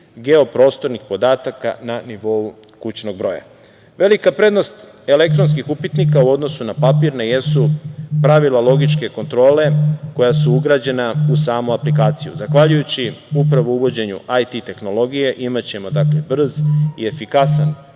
geoprostornih podataka na nivou kućnog broja. Velika prednost elektronskih upitnika u odnosu na papirne jesu pravila logičke kontrole koja su ugrađena u samu aplikaciju. Zahvaljujući upravo uvođenju IT tehnologije, imaćemo brz i efikasan